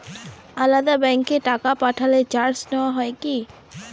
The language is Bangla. আলাদা ব্যাংকে টাকা পাঠালে চার্জ নেওয়া হয় কি?